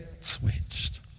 switched